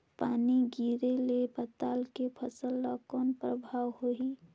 पानी गिरे ले पताल के फसल ल कौन प्रभाव होही?